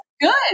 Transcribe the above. good